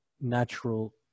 natural